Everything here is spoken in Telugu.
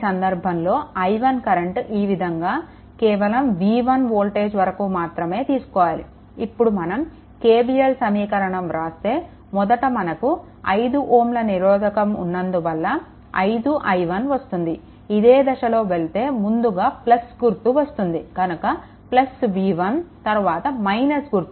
ఈ సందర్భంలో i1 కరెంట్ ఈ విధంగా కేవలం v1 వోల్టేజ్ వరకు మాత్రమే తీసుకోవాలి ఇప్పుడు మనం KVL సమీకరణం వ్రాస్తే మొదట మనకు 5Ω నిరోధకం ఉన్నందున 5i1 వస్తుంది ఇదే దిశలో వెళ్తే ముందుగా గుర్తు వస్తుంది కనుక v1 తరువాత - గుర్తు కనిపిస్తుంది